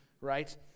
right